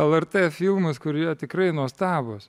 lrt filmus kurie tikrai nuostabūs